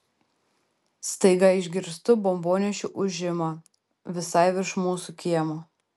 staiga išgirstu bombonešių ūžimą visai virš mūsų kiemo